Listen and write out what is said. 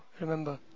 remember